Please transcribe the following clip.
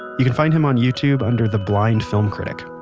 you can find him on youtube under the blind film critic.